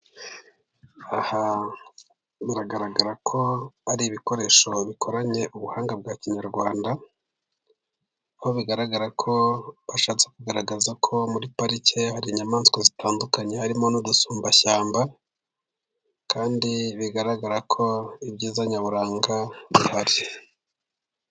Aha biragaragara ko ari ibikoresho bikoranye ubuhanga bwa kinyarwanda, aho bigaragara ko bashatse kugaragaza ko muri pariki hari inyamaswa zitandukanye; harimo n'udusumbashyamba kandi bigaragara ko ibyiza nyaburanga bihari.